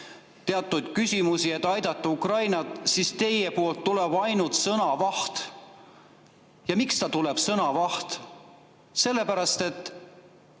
teatud küsimusi, et aidata Ukrainat, siis teie poolt tuleb ainult sõnavahtu. Ja miks tuleb sõnavahtu? Sellepärast, et